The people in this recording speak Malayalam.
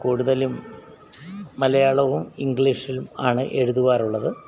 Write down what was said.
കൂടുതലും മലയാളവും ഇംഗ്ലീഷിലും ആണ് എഴുതുവാറുള്ളത്